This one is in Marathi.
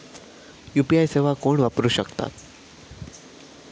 यू.पी.आय सेवा कोण वापरू शकता?